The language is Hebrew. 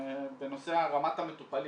בנושא רמת המטופלים.